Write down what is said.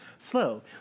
Slow